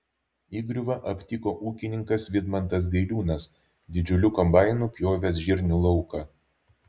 įgriuvą aptiko ūkininkas vidmantas gailiūnas didžiuliu kombainu pjovęs žirnių lauką